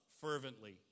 fervently